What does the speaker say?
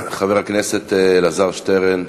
חבר הכנסת אלעזר שטרן,